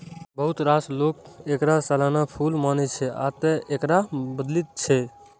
बहुत रास लोक एकरा सालाना फूल मानै छै, आ तें एकरा बदलि दै छै